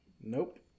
Nope